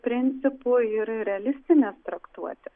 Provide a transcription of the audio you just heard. principų ir realistinės traktuotės